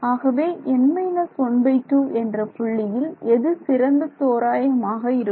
ஆகவே n 12 என்ற புள்ளியில் எது சிறந்த தோராயமாக இருக்கும்